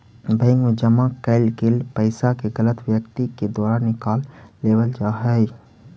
bank मैं जमा कैल गेल पइसा के गलत व्यक्ति के द्वारा निकाल लेवल जा हइ